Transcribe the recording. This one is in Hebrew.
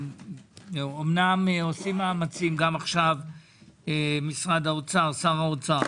אמנם עושים מאמצים גם עכשיו שר האוצר